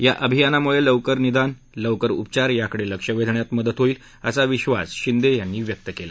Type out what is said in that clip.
या अभियानामुळखिवकर निदान लवकर उपचार याकडविक्ष वस्तियात मदत होईल असा विश्वास शिंदखानी व्यक्त कला